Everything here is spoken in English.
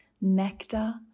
nectar